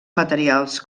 materials